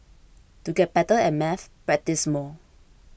to get better at maths practise more